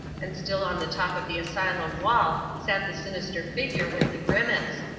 and still on the top of the asylum wall sat the sinister figure with the grimace,